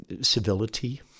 Civility